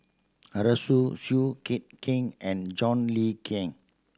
Arasu Seow Yit Kin and John Le Cain